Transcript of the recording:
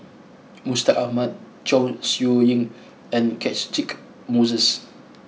Mustaq Ahmad Chong Siew Ying and Catchick Moses